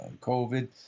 COVID